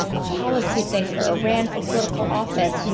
um a policy thinker, ran for political office, you know